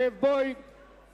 יצחק כהן,